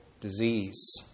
disease